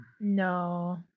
No